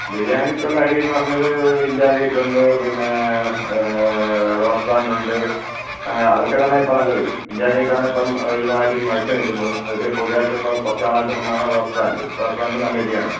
ബിരിയാണിക്കുള്ള അരിയെന്ന് പറഞ്ഞത് ഇന്ത്യ ഗേറ്റൊണ്ട് പിന്നെ റോസ് ബ്രാൻറ്റൊണ്ട് അതൊക്ക തന്നെയാണ് ഇപ്പം നല്ലത് ഇന്ത്യ ഗേറ്റാണിപ്പം ഒരുമാതിരി മികച്ച് നിൽക്കുന്നത് അതിൽ പുതിയതായിട്ടിപ്പം കുറച്ച് നാളായിട്ട് വന്നതാണ് റോസ് ബ്രാൻഡ് റോസ് ബ്രാൻഡ് നല്ല അരിയാണ്